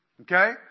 Okay